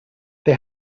they